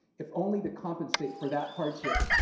if only to compensate for that hardship,